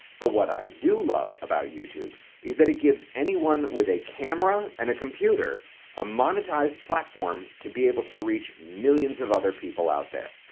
but what i do love about youtube is that it gives anyone with a camera and a computer a monetized platform to be able to reach millions of other people out there.